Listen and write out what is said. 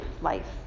life